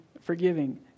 forgiving